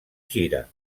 gira